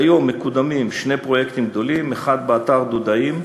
כיום מקודמים שני פרויקטים גדולים: אחד באתר דודאים,